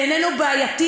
איננו בעייתי,